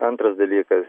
antras dalykas